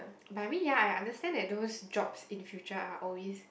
but I mean ya I understand that those jobs in future are always